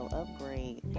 upgrade